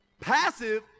Passive